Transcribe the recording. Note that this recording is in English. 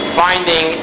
finding